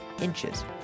inches